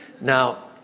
Now